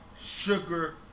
sugar